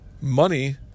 money